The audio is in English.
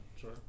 sure